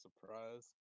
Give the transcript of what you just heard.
surprise